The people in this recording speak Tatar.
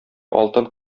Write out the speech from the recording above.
алтын